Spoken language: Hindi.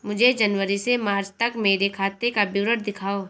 मुझे जनवरी से मार्च तक मेरे खाते का विवरण दिखाओ?